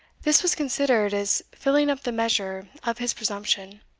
this was considered as filling up the measure of his presumption.